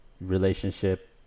relationship